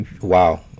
wow